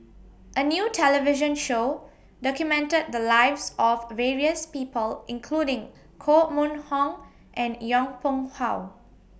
A New television Show documented The Lives of various People including Koh Mun Hong and Yong Pung How